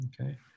Okay